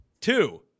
Two